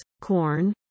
corn